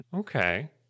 Okay